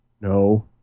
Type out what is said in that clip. No